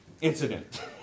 incident